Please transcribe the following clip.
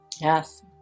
Yes